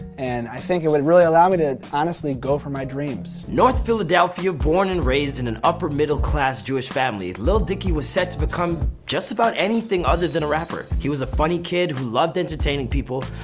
and i think it would really allow me to, honestly, go for my dreams. north philadelphia born and raised in an upper middle class jewish family, lil dicky was set to become just about anything other than a rapper. he was a funny kid, who loved entertaining people,